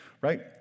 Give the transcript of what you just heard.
right